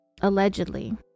allegedly